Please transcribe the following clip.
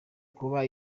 kuba